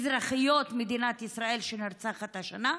אזרחיות מדינת ישראל, שנרצחת השנה.